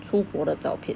出国的照片